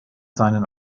seinen